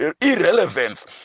irrelevance